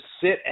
sit